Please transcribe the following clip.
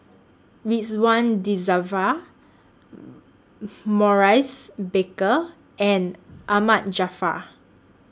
Ridzwan Dzafir Maurice Baker and Ahmad Jaafar